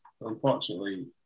unfortunately